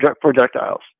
projectiles